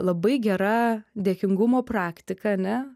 labai gera dėkingumo praktika ane